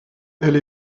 elle